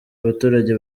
abaturage